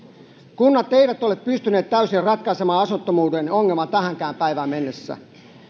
kunnat eivät ole pystyneet täysin ratkaisemaan asunnottomuuden ongelmaa tähänkään päivään mennessä